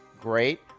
great